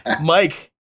Mike